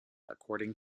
according